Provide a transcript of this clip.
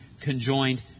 conjoined